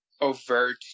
overt